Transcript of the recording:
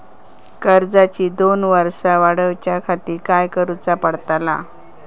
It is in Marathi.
कर्जाची दोन वर्सा वाढवच्याखाती काय करुचा पडताला?